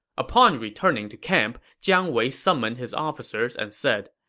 upon returning to camp, jiang wei summoned his officers and said,